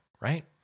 right